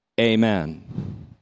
Amen